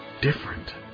different